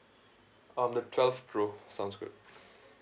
um the twelve pro sounds good